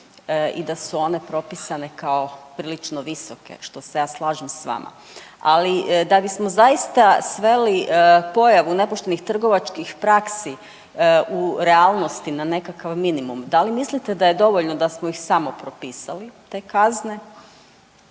i da su one propisane kao prilično visoke, što se ja slažem s vama, ali da bismo zaista sveli pojavu nepoštenih trgovačkih praksi u realnosti na nekakav minimum, da li mislite da je dovoljno da smo ih samo propisali te kazne